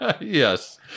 Yes